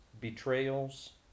Betrayals